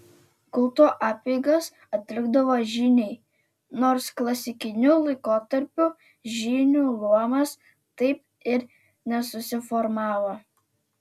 kulto apeigas atlikdavo žyniai nors klasikiniu laikotarpiu žynių luomas taip ir nesusiformavo